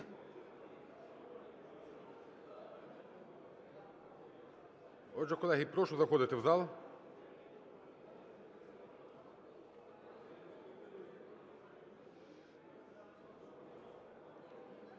Отже, колеги, прошу заходити в зал. Готові